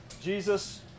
Jesus